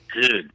Dude